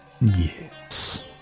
Yes